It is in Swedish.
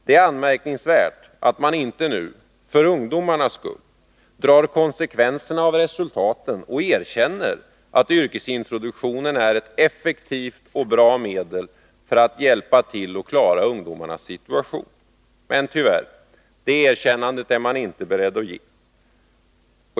Det är anmärkningsvärt att man inte nu för ungdomarnas skull drar konsekvenserna av resultaten och erkänner att yrkesintroduktionen är ett effektivt och bra medel för att hjälpa till att klara ungdomarnas situation. Men tyvärr — det erkännandet är man inte beredd att ge.